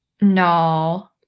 No